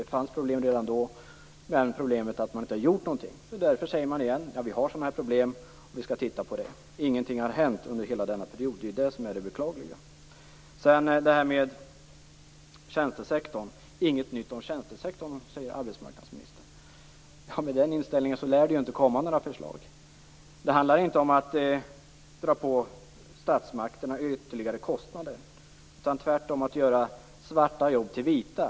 Det fanns problem redan då, men man har inte gjort någonting. Man säger nu återigen att man har sådana här problem och skall titta närmare på detta. Det beklagliga är att det inte har hänt någonting under hela denna period. Arbetsmarknadsministern säger vidare att det inte är något nytt när det gäller tjänstesektorn. Med den inställningen lär det inte komma några förslag. Det handlar inte om att dra på statsmakterna ytterligare kostnader utan tvärtom om att göra svarta jobb till vita.